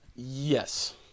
Yes